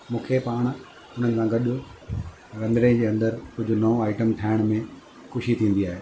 मूंखे पाण उन्हनि सां गॾु रंधिणे जे अंदरि कुझु नओ आइटम ठाहिण में ख़ुशी थींदी आहे